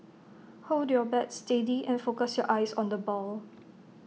hold your bat steady and focus your eyes on the ball